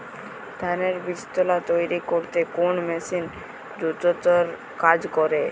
ধানের বীজতলা তৈরি করতে কোন মেশিন দ্রুততর কাজ করে?